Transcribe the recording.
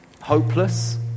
hopeless